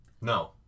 No